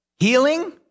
Healing